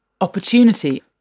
opportunity